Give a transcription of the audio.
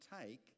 take